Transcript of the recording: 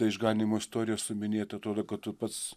ta išganymo istorija su minėtu tuo kad tu pats